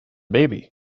baby